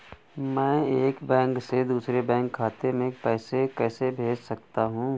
मैं एक बैंक से दूसरे बैंक खाते में पैसे कैसे भेज सकता हूँ?